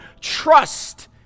trust